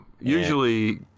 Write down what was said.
usually